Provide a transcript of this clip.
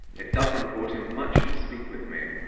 it doth import him much to speak with me.